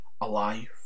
alive